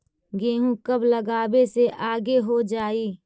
गेहूं कब लगावे से आगे हो जाई?